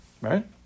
right